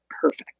perfect